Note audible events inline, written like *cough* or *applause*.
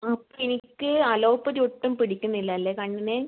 *unintelligible* ഇനിക്ക് അലോപ്പതി ഒട്ടും പിടിക്കുന്നില്ല അല്ലേ കണ്ണിന്